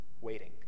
waiting